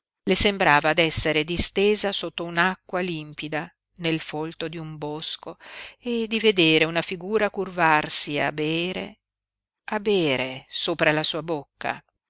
le sembrava d'essere distesa sotto un'acqua limpida nel folto di un bosco e di vedere una figura curvarsi a bere a bere sopra la sua bocca